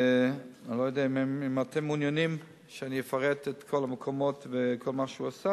אני לא יודע אם אתם מעוניינים שאני אפרט את כל המקומות וכל מה שהוא עשה,